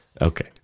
Okay